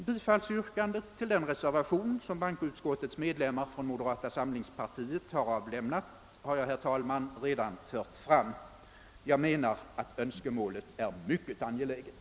Bifallsyrkandet till den reservation, som bankoutskottets medlemmar från moderata samlingspartiet har avlämnat, har jag, herr talman, redan fört fram. Jag menar, herr talman, att önskemålet är mycket angeläget.